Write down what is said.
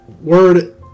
word